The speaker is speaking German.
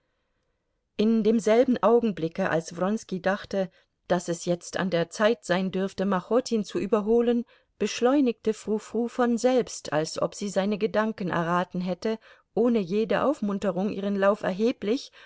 in demselben augenblicke als wronski dachte daß es jetzt an der zeit sein dürfte machotin zu überholen beschleunigte frou frou von selbst als ob sie seine gedanken erraten hätte ohne jede aufmunterung ihren lauf erheblich